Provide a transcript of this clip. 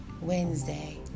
Wednesday